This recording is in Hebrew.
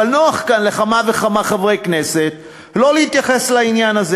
אבל נוח לכמה וכמה חברי כנסת כאן לא להתייחס לעניין הזה.